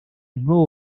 nuevo